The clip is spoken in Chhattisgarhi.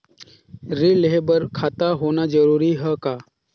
ऋण लेहे बर खाता होना जरूरी ह का?